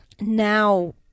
now